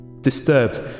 disturbed